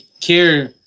care